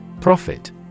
Profit